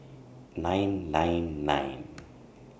nine nine nine